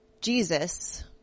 Jesus